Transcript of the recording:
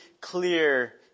clear